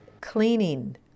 Cleaning